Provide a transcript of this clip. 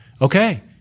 okay